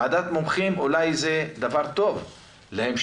ועדת מומחים אולי זה דבר טוב להמשך,